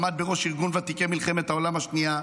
ועמד בראש ארגון ותיקי מלחמת העולם השנייה.